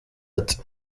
ati